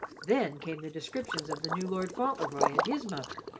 then came the descriptions of the new lord fauntleroy and his mother.